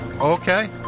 Okay